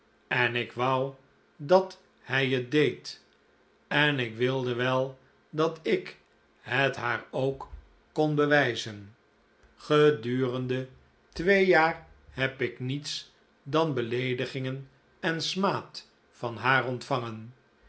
en ik wou dat hij het deed en ik wilde wel dat ik het haar ook kon bewijzen gedurende twee jaar heb ik niets dan beleedigingen en smaad van haar ontvangen